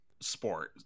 sport